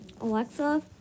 Alexa